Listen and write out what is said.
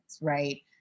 right